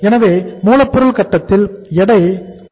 எனவே மூலப்பொருள் கட்டத்தில் எடை 0